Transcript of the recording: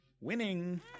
Winning